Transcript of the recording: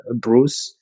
Bruce